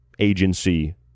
agency